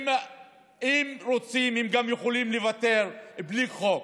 אם רוצים, גם הם יכולים לוותר בלי חוק,